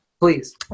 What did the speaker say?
please